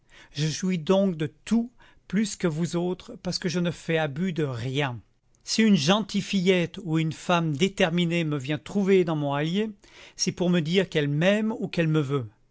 je jouis donc de tout plus que vous autres parce que je ne fais abus de rien si une gentille fillette ou une femme déterminée me vient trouver dans mon hallier c'est pour me dire qu'elle m'aime ou qu'elle me veut